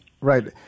Right